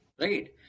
Right